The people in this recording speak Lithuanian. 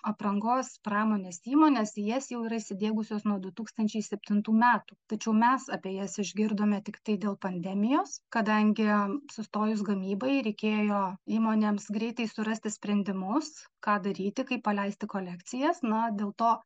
aprangos pramonės įmonės jas jau yra įsidiegusios nuo du tūkstančiai septintų metų tačiau mes apie jas išgirdome tiktai dėl pandemijos kadangi sustojus gamybai reikėjo įmonėms greitai surasti sprendimus ką daryti kaip paleisti kolekcijas na dėl to